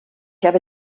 habe